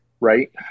right